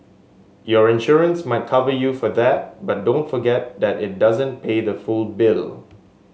your insurance might cover you for that but don't forget that it doesn't pay the full bill